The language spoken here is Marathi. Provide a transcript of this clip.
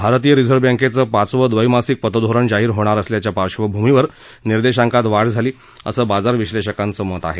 भारतीय रिझर्व बँकेचं पाचवं दवैमासिक पतधोरण जाहीर होणार असल्याच्या पार्श्वभूमीवर निर्देशांकात वाढ झाली असं बाजार विश्लेषकांचं मत आहे